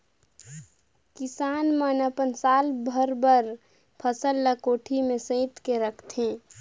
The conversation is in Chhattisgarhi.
किसान मन अपन साल भर बर फसल ल कोठी में सइत के रखथे